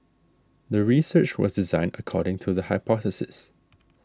the research was designed according to the hypothesis